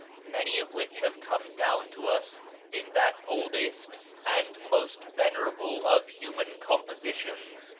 many of which have come down to us in that oldest and most venerable of human compositions,